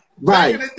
right